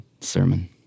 sermon